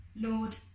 Lord